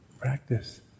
practice